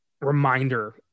reminder